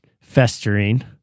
festering